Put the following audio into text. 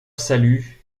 salut